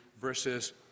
versus